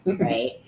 right